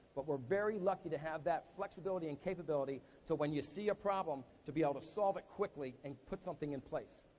but we're very lucky to have that flexibility and capability to when you see a problem, to be able to solve it quickly and put something in place.